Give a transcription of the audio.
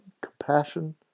compassion